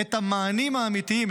את המענים האמיתיים,